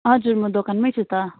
हजुर म दोकानमै छु त